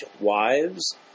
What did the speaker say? wives